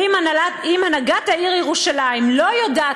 ואם הנהגת העיר ירושלים לא יודעת